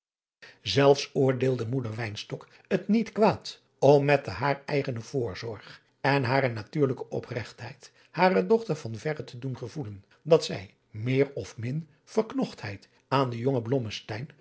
zelfs oordeelde moeder wynstok het niet kwaad om met de haar eigene voorzorg en hare natuurlijke opregtheid hare dochter van verre te doen gevoelen dat zij meêr of min verknochtheid aan den jongen